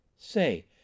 Say